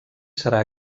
serà